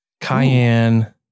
cayenne